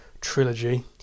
trilogy